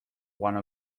one